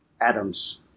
atoms